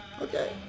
Okay